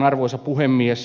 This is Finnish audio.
arvoisa puhemies